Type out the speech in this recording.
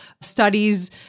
studies